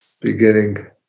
beginning